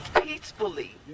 peacefully